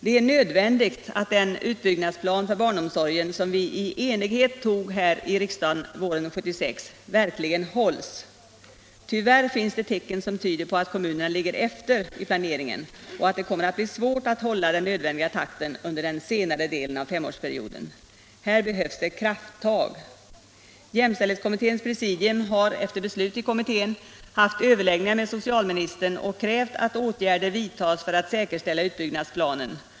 Det är nödvändigt att den utbyggnadsplan för barnomsorgen som vi i enighet fattade beslut om här i riksdagen våren 1976 verkligen hålls. Tyvärr finns det tecken som tyder på att kommunerna ligger efter i planeringen och att det kommer att bli svårt att hålla den nödvändiga takten under den senare delen av femårsperioden. Här behövs det krafttag. Jämställdhetskommitténs presidium har efter beslut i kommittén haft överläggningar med socialministern och krävt att åtgärder vidtas för att säkerställa utbyggnadsplanen.